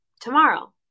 tomorrow